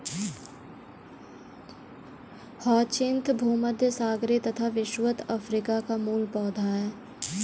hyacinth भूमध्यसागरीय तथा विषुवत अफ्रीका का मूल पौधा है